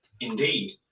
Indeed